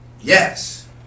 Yes